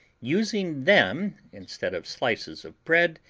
using them instead of slices of bread,